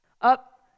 up